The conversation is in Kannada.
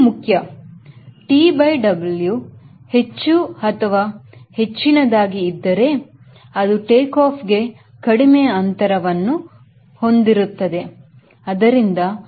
ಇದು ಮುಖ್ಯ T by W ಹೆಚ್ಚು ಅಥವಾ ಹೆಚ್ಚಿನದಾಗಿ ಇದ್ದರೆ ಅದು ಟೇಕಾಫ್ ಗೆ ಕಡಿಮೆ ಅಂತರವನ್ನು ಹೊಂದಿರುತ್ತದೆ